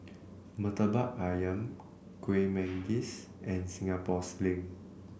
Murtabak ayam Kuih Manggis and Singapore Sling